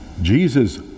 Jesus